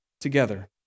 together